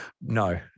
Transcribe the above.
No